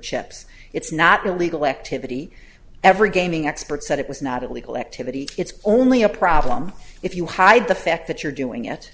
chips it's not illegal activity every gaming expert said it was not illegal activity it's only a problem if you hide the fact that you're doing it